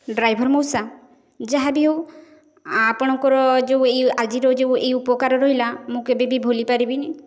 driver ମଉସା ଯାହା ବି ହଉ ଆପଣଙ୍କର ଯେଉଁ ଏଇ ଆଜିର ଯୋଉ ଏଇ ଉପକାର ରହିଲା ମୁଁ କେବେ ବି ଭୁଲିପାରିବିନି